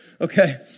okay